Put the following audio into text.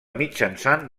mitjançant